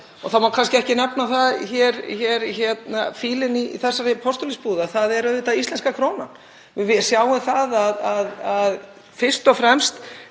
Það má kannski ekki nefna fílinn í þessari postulínsbúð en það er auðvitað íslenska krónan. Við sjáum að fyrst og fremst